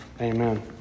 Amen